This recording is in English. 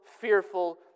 fearful